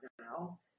now